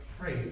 pray